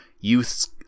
youths